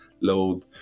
load